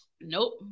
Nope